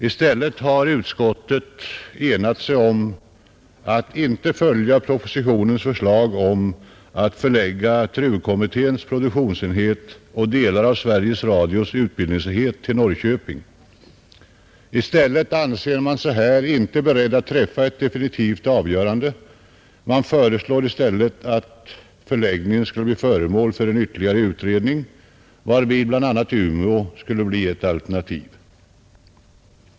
I stället har utskottet enat sig om att inte följa propositionens förslag om att förlägga TRU-kommitténs produktionsenhet och delar av Sveriges Radios utbildningsenhet till Norrköping. I stället anser man sig här inte beredd att träffa ett definitivt avgörande utan föreslår att förläggningen skall bli föremål för ytterligare utredning, varvid Umeå skulle bli ett alternativ.